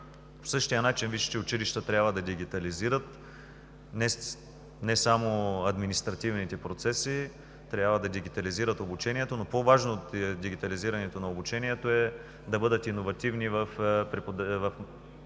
По същия начин висшите училища трябва да дегитализират не само административните процеси, трябва да дегитализират обучението, но по-важно от дегитализирането на обучението е да бъдат иновативни в методите